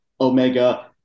omega